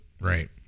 right